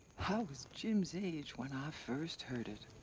i was jim's age when i first heard it.